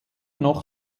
noch